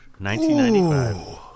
1995